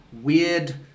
weird